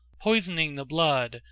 poisoning the blood,